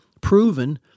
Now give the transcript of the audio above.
proven